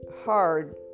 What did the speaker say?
hard